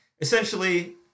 essentially